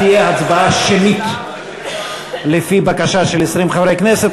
תהיה הצבעה שמית, לפי בקשה של 20 חברי כנסת.